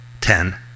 Ten